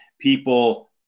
people